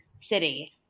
city